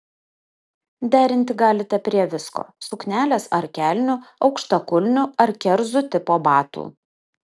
derinti galite prie visko suknelės ar kelnių aukštakulnių ar kerzų tipo batų